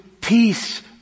peace